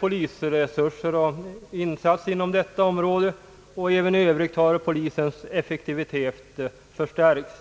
Polisens effektivitet har förstärkts genom ökade insatser på detta område. Även i övrigt har resurserna förbättrats.